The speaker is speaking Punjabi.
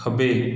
ਖੱਬੇ